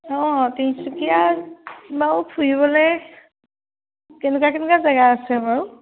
অঁ তিনিচুকীয়াত বাৰু ফুৰিবলৈ কেনেকুৱা কেনেকুৱা জেগা আছে বাৰু